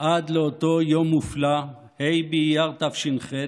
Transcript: עד לאותו יום מופלא, ה' באייר תש"ח,